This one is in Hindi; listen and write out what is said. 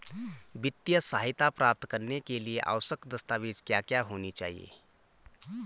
वित्तीय सहायता प्राप्त करने के लिए आवश्यक दस्तावेज क्या क्या होनी चाहिए?